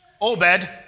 Obed